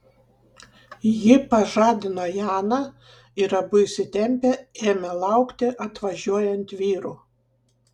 ji pažadino janą ir abu įsitempę ėmė laukti atvažiuojant vyrų